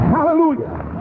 Hallelujah